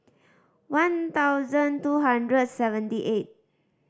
one thousand two hundred seventy eight